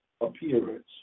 appearance